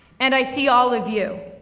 and i see all of you,